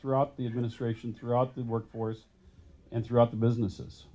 throughout the administration throughout the workforce and throughout the businesses